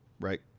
right